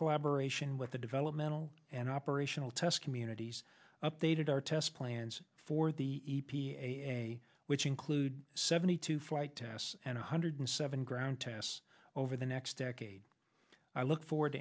collaboration with the developmental and operational test communities updated our test plans for the e p a which include seventy two flight tests and a hundred seven ground tests over the next decade i look forward